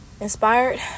inspired